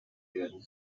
werden